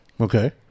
Okay